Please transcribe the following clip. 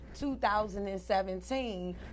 2017